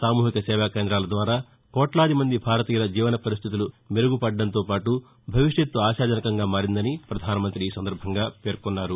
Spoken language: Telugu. సామూహిక సేవా కేందాల ద్వారా కోట్లాది మంది భారతీయుల జీవన పరిస్టితులు మెరుగుపడడంతోపాటు భవిష్యత్ ఆశాజనకంగా మారిందని ప్రపధానమంతి ఈ సందర్భంగా పేర్కొన్నారు